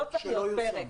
שלא יושם.